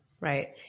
Right